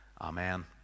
Amen